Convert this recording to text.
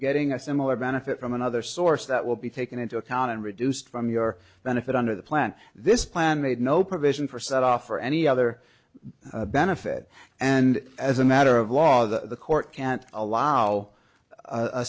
getting a similar benefit from another source that will be taken into account and reduced from your benefit under the plan this plan made no provision for set off or any other benefit and as a matter of law the court can't allow